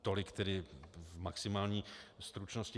Tolik tedy v maximální stručnosti.